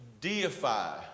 deify